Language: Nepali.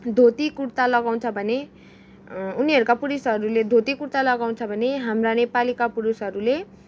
धोती कुर्ता लगाउँछ भने उनीहरूका पुरुषहरूले धोती कुर्ता लगाउँछ भने हाम्रा नेपालीका पुरुषहरूले